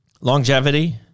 longevity